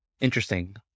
Interesting